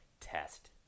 Test